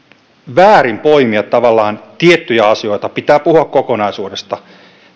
väärin poimia tavallaan tiettyjä asioita pitää puhua kokonaisuudesta